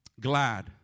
glad